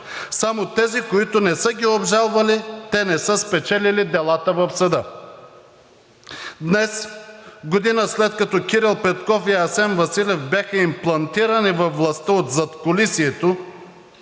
само тези, които не са ги обжалвали, те не са спечелили делата в съда. Днес, година след като Кирил Петков и Асен Василев бяха имплантирани във властта от задкулисието,